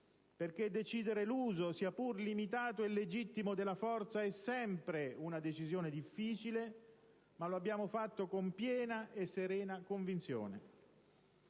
perché decidere l'uso, sia pur limitato e legittimo, della forza, è sempre difficile, ma lo abbiamo fatto con piena e serena convinzione.